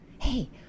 Hey